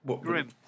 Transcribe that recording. Grim